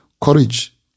courage